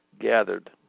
gathered